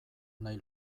nahi